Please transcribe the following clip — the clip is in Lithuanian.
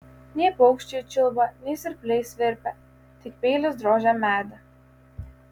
nei paukščiai čiulba nei svirpliai svirpia tik peilis drožia medį